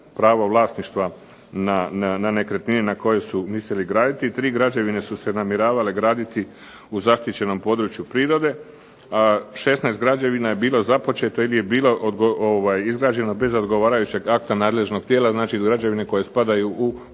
pravo vlasništva na nekretnine ne koje su mislili graditi. Tri građevine su se namjeravale graditi u zaštićenom području prirode, a 16 građevina je bilo započeto ili je bilo izgrađeno bez odgovarajućeg akta nadležnog tijela, znači građevine koje spadaju u